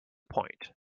point